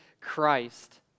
Christ